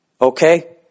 Okay